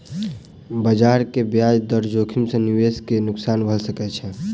बजार के ब्याज दर जोखिम सॅ निवेशक के नुक्सान भ सकैत छै